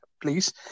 please